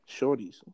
shorties